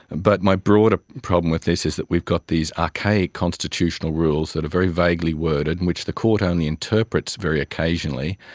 but my broader problem with this is that we've got these archaic constitutional rules that are very vaguely worded and which the court only interprets very occasionally,